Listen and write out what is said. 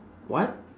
what